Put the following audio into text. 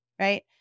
right